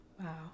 Wow